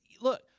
Look